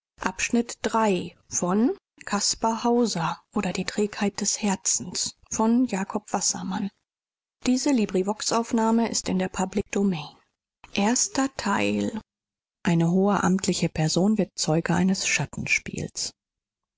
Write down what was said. auszustehen hatte eine hohe amtliche person wird zeuge eines